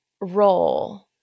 role –